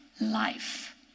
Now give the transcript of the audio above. life